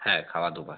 হ্যাঁ খাওয়া দু বার